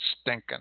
stinking